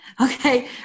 Okay